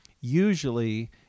Usually